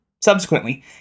Subsequently